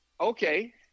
Okay